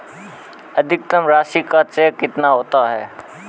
अधिकतम राशि का चेक कितना होता है?